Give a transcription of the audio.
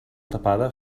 tapada